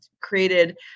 created